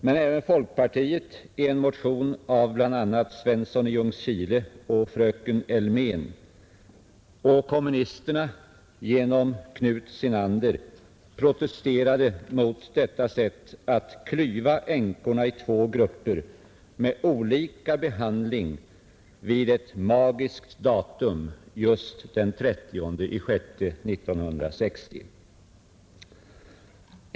Men även folkpartiet, i en motion av bl.a. herr Svensson i Ljungskile och fröken Elmén, och kommunisterna genom Knut Senander protesterade mot detta sätt att splittra änkorna i två grupper med olika behandling vid ett magiskt datum, just den 30 juni 1960.